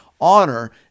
honor